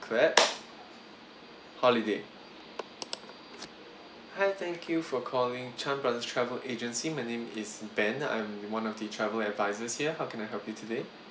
clap holiday hi thank you for calling chan brothers travel agency my name is ben I'm one of the travel advisers here how can I help you today